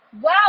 Wow